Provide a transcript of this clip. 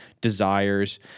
desires